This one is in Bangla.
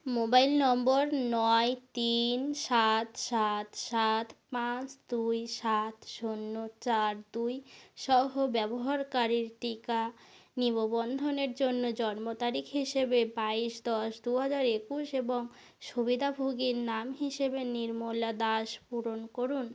মোবাইল নম্বর নয় তিন সাত সাত সাত পাঁচ দুই সাত শূন্য চার দুই সহ ব্যবহারকারীর টিকা নিবন্ধনের জন্য জন্মতারিখ হিসেবে বাইশ দশ দু হাজার একুশ এবং সুবিধাভোগীর নাম হিসেবে নির্মলা দাস পূরণ করুন